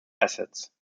assets